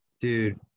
dude